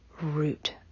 root